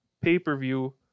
pay-per-view